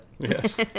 Yes